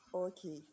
Okay